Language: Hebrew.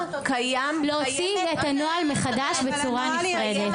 להלן תרגומם: להוציא את הנוהל מחדש בצורה נפרדת.) מה זה לחדד?